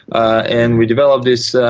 ah and we develop this